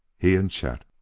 he and chet.